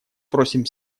просим